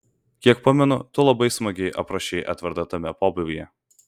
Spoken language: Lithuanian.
kiek pamenu tu labai smagiai aprašei edvardą tame pobūvyje